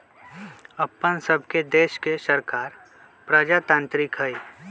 अप्पन सभके देश के सरकार प्रजातान्त्रिक हइ